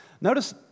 Notice